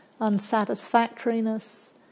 unsatisfactoriness